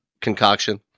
concoction